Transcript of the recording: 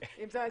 2022",